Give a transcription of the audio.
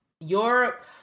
Europe